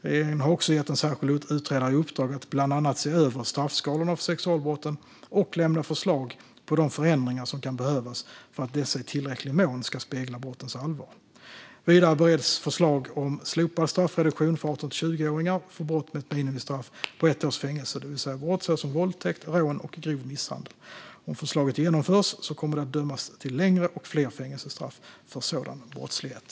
Regeringen har också gett en särskild utredare i uppdrag att bland annat se över straffskalorna för sexualbrotten och lämna förslag på de förändringar som kan behövas för att dessa i tillräcklig mån ska spegla brottens allvar. Vidare bereds förslag om slopad straffreduktion för 18-20-åringar för brott med ett minimistraff på ett års fängelse, det vill säga brott såsom våldtäkt, rån och grov misshandel. Om förslaget genomförs kommer det att dömas till längre och fler fängelsestraff för sådan brottslighet.